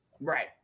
Right